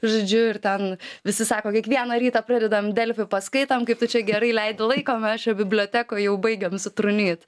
žodžiu ir ten visi sako kiekvieną rytą pradedam delfi paskaitom kaip tu čia gerai leidi laikąo mes čia bibliotekoj jau baigiam sutrūnyt